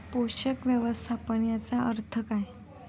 पोषक व्यवस्थापन याचा अर्थ काय?